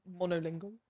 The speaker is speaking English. monolingual